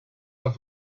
off